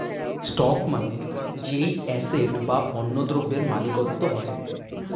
stock মানে যেই asset বা পণ্য দ্রব্যের মালিকত্ব হয়